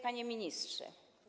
Panie Ministrze!